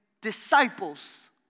disciples